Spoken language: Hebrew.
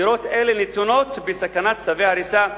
דירות אלה נתונות בסכנת צווי הריסה מתמדת.